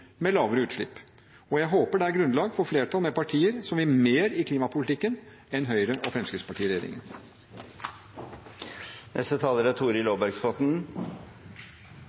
med lavere utslipp. Jeg håper det er grunnlag for flertall med partier som vil mer i klimapolitikken enn Høyre–Fremskrittsparti-regjeringen. I denne debatten har flere hevdet at regjeringen